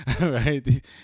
right